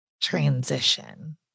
transition